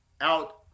out